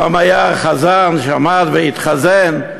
פעם היה חזן שעמד והתחזן,